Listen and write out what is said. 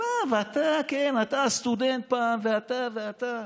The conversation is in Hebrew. ואתה, כן, אתה, הסטודנט, ואתה ואתה.